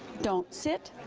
don't sit.